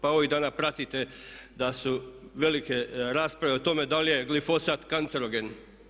Pa ovih dana pratite da su velike rasprave o tome da li je glifosad kancerogen?